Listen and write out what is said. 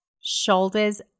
shoulders